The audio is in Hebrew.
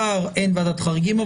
ולשר אין ועדת חריגים,